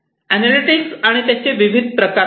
analytics त्याचे विविध प्रकार आहेत